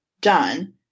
done